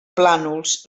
plànols